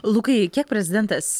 lukai kiek prezidentas